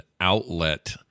outlet